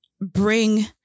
bring